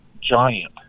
giant